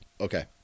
Okay